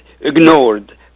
ignored